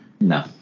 No